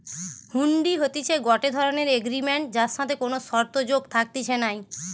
হুন্ডি হতিছে গটে ধরণের এগ্রিমেন্ট যার সাথে কোনো শর্ত যোগ থাকতিছে নাই